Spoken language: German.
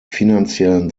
finanziellen